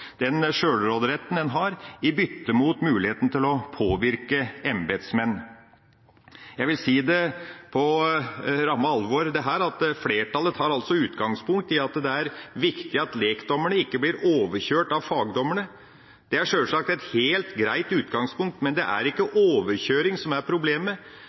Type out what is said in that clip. den sjølråderetten de har, i bytte mot muligheten til å påvirke embetsmenn. Jeg vil si på ramme alvor at flertallet tar utgangspunkt i at det er viktig at lekdommerne ikke blir overkjørt av fagdommerne. Det er sjølsagt et helt greit utgangspunkt, men det er ikke overkjøring som er problemet.